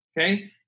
Okay